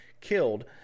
killed